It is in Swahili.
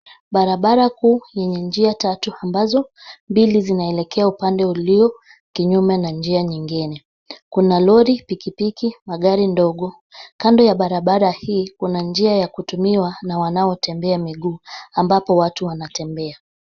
Barabara kuu yenye njia tatu ambazo mbili zinaelekea upande ulio kinyume na njia nyingine. Kuna lori, pikipiki na gari ndogo. Kando ya barabara hii kuna njia ya kutumiwa na wanaotembea miguu ambapo watu wanatembea.